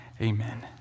amen